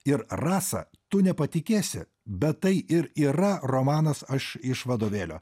ir rasa tu nepatikėsi bet tai ir yra romanas aš iš vadovėlio